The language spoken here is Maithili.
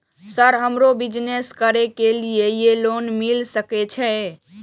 सर हमरो बिजनेस करके ली ये लोन मिल सके छे?